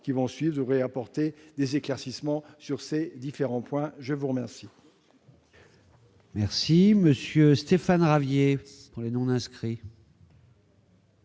qui vont suivre devraient apporter des éclaircissements sur ces différents points. La parole est à M.